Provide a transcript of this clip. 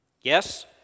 Yes